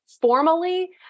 formally